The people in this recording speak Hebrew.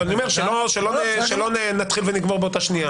אבל אני אומר, שלא נתחיל ונגמור באותה שנייה.